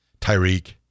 Tyreek